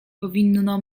powinno